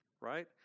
Right